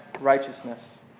righteousness